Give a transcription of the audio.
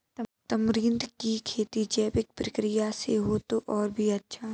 tamarind की खेती जैविक प्रक्रिया से हो तो और भी अच्छा